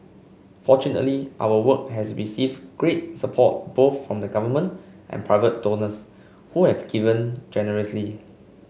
fortunately our work has received great support both from the government and private donors who had given generously